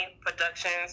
Productions